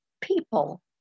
people